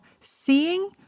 seeing